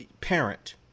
parent